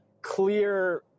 clear